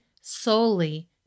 solely